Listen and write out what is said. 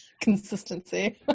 Consistency